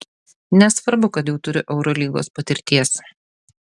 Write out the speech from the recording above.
nesvarbu kad jau turiu eurolygos patirties